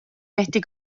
tehti